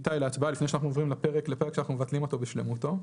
איתי להצבעה לפני שאנחנו עוברים לפרק שאנחנו מבטלים אותו בשלמותו?